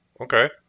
Okay